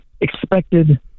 expected